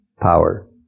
power